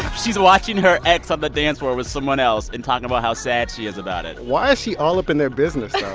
she's watching her ex on the dance floor with someone else and talking about how sad she is about it why is she all up in their business,